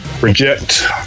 Reject